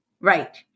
Right